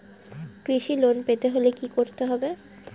কৃষি লোন পেতে হলে কি করতে হবে?